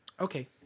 Okay